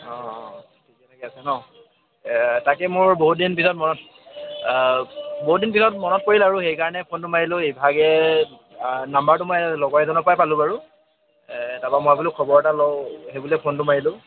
অঁ ঠিকে আছে ন তাকে মোৰ বহুত দিন পিছত মনত বহুত দিন পিছত মনত পৰিল আৰু সেইকাৰণে ফোনটো মাৰিলোঁ ইভাগে নম্বৰটো মই লগৰ এজনৰ পৰাই পালোঁ বাৰু তাপা মই বোলো খবৰ এটা লওঁ সেই বুলিয়ে ফোনটো মাৰিলোঁ